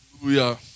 Hallelujah